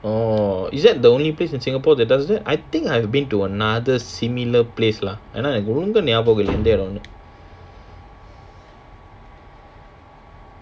orh is that the only place in singapore that does that I think I've been to another similar place lah ஆனா ரொம்ப ஞாபகம் இல்ல எந்த இடம்னு:aanaa romba nyabagam illa endha idamnu